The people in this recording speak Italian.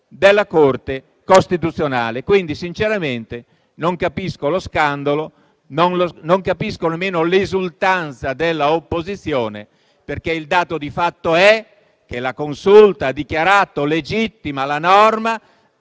della Corte costituzionale. Sinceramente non capisco lo scandalo, non capisco nemmeno l'esultanza dell'opposizione: il dato di fatto è che la Consulta ha dichiarato legittima la legge